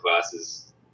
classes